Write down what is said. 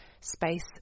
Space